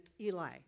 Eli